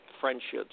friendships